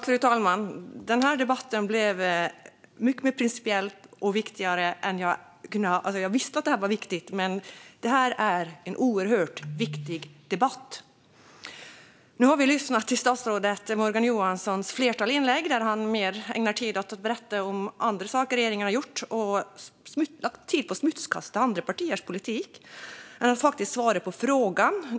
Fru talman! Denna debatt blev mycket mer principiell och mycket viktigare än jag kunde ha trott även om jag visste att detta var viktigt. Det här är en oerhört viktig debatt! Nu har vi lyssnat till ett flertal inlägg från statsrådet Morgan Johansson, där han ägnat mer tid åt att berätta om andra saker regeringen har gjort och åt att smutskasta andra partiers politik än åt att faktiskt svara på frågan.